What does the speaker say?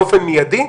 באופן מיידי,